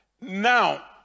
Now